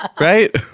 right